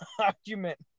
argument